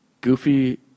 goofy